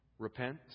Repent